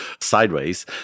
Sideways